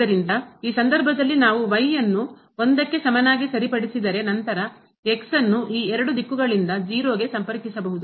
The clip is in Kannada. ಆದ್ದರಿಂದ ಈ ಸಂದರ್ಭದಲ್ಲಿ ನಾವು ಅನ್ನು 1 ಕ್ಕೆ ಸಮನಾಗಿ ಸರಿಪಡಿಸಿದರೆ ನಂತರ ಅನ್ನು ಈ ಎರಡು ದಿಕ್ಕುಗಳಿಂದ 0 ಗೆ ಸಂಪರ್ಕಿಸಬಹುದು